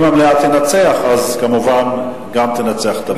אם המליאה תנצח, אז כמובן גם תנצח את הוועדה.